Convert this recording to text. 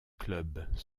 clubs